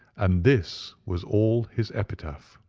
and this was all his epitaph.